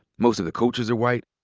most of the coaches are white.